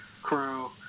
Crew